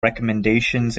recommendations